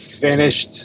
finished